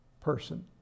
person